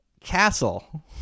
Castle